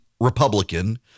Republican